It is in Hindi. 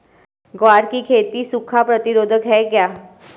ग्वार की खेती सूखा प्रतीरोधक है क्या?